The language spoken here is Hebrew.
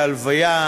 בהלוויה,